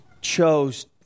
chose